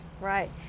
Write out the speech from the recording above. Right